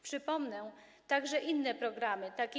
Przypomnę także inne programy, tj.